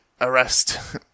arrest